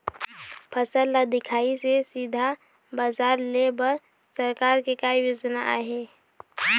फसल ला दिखाही से सीधा बजार लेय बर सरकार के का योजना आहे?